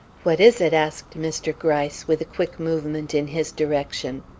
what is it? asked mr. gryce, with a quick movement in his direction.